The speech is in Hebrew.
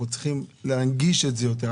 אנחנו צריכים להנגיש את זה יותר,